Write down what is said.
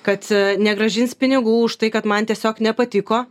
kad negrąžins pinigų už tai kad man tiesiog nepatiko